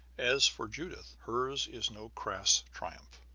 as for judith, hers is no crass triumph.